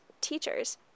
teachers